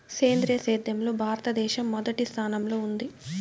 సేంద్రీయ సేద్యంలో భారతదేశం మొదటి స్థానంలో ఉంది